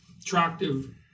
attractive